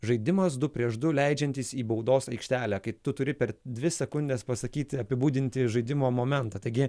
žaidimas du prieš du leidžiantis į baudos aikštelę kai tu turi per dvi sekundes pasakyti apibūdinti žaidimo momentą taigi